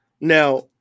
Now